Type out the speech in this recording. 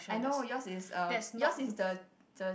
I know yours is a yours is the the